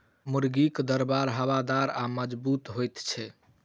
मुर्गीक दरबा हवादार आ मजगूत होइत छै